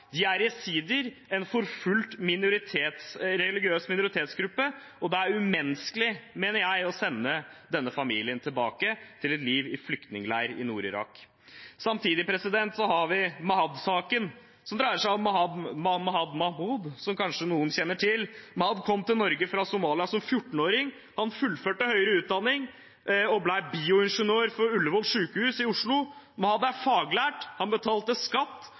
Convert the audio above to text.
De er jesidier, en forfulgt religiøs minoritetsgruppe, og da er det umenneskelig, mener jeg, å sende denne familien tilbake til et liv i flyktningleir i Nord-Irak. Samtidig har vi Mahad-saken, som dreier seg om Mahad Mahamud, som kanskje noen kjenner til. Mahad kom til Norge fra Somalia som 14-åring. Han fullførte høyere utdanning og ble bioingeniør på Ullevål sykehus i Oslo. Mahad er faglært, han betalte skatt